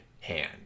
hand